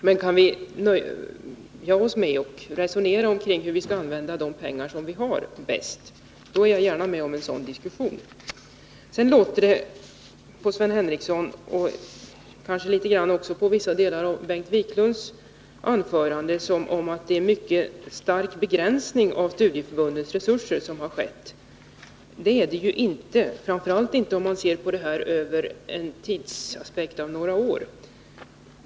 Men kan vi nöja oss med att resonera om hur vi bäst skall använda de pengar vi har, då är jag gärna med på en sådan diskussion. Det låter på Sven Henricsson och på vissa delar av Bengt Wiklunds anförande som om det har skett en mycket stark begränsning av studieförbundens resurser. Så är det inte, framför allt inte om man ser på en tidsperiod på några år.